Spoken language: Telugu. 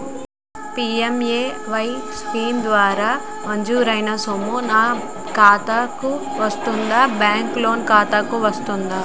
పి.ఎం.ఎ.వై స్కీమ్ ద్వారా మంజూరైన సొమ్ము నా ఖాతా కు వస్తుందాబ్యాంకు లోన్ ఖాతాకు వస్తుందా?